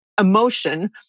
emotion